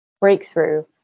breakthrough